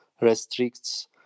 restricts